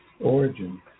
origin